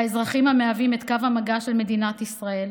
האזרחים המהווים את קו המגע של מדינת ישראל.